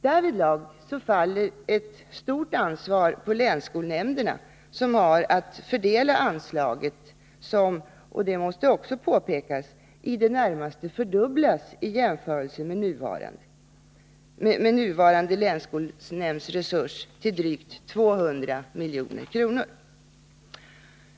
Därvidlag faller ett stort ansvar på länsskolnämnderna, som har att fördela anslaget, som — det måste också påpekas — i det närmaste fördubblas i jämförelse med nuvarande länsskolnämndsresurs till drygt 200 milj.kr.